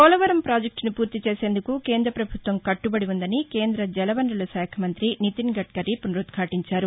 పోలవరం పాజెక్తును పూర్తి చేసేందుకు కేంద్ర పభుత్వం కట్టుబడి ఉందని కేంద జలవనరుల శాఖ మంతి నితిన్ గద్కరీ పునరుద్ఘాటించారు